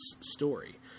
story